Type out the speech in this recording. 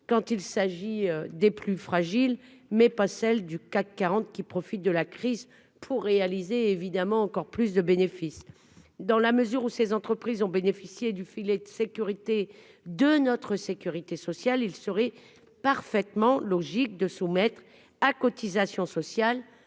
quand il s'agit des plus fragiles, mais pas celle du CAC 40 qui profitent de la crise pour réaliser évidemment encore plus de bénéfices dans la mesure où ces entreprises ont bénéficié du filet de sécurité de notre sécurité sociale, il serait parfaitement logique de soumettre à cotisation sociale,